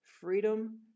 freedom